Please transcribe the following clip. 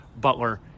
Butler